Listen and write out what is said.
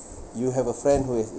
you have a friend who is